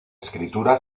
escritura